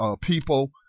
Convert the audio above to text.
people